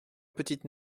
petite